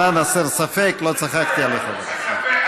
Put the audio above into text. למען הסר ספק, לא צחקתי עליך, ודאי.